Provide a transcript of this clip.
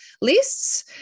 lists